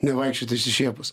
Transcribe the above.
nevaikščiot išsišiepus